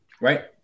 right